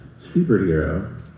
superhero